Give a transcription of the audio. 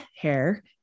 hair